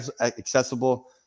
accessible